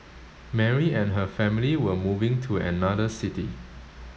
Mary and her family were moving to another city